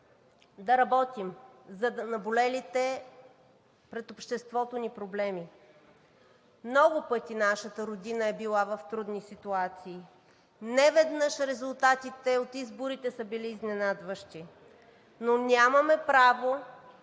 да работим за наболелите пред обществото ни проблеми. Много пъти нашата родина е била в трудни ситуации. Неведнъж резултатите от изборите са били изненадващи, но нямаме право